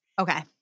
Okay